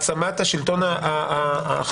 אני רוצה להציע בשיג ושיח עם מרכז השלטון המקומי,